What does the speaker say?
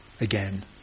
again